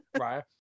right